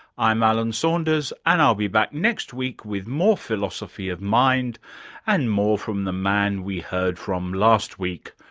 i'm alan saunders and i'll be back next week with more philosophy of mind and more from the man we heard from last week,